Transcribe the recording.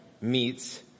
meets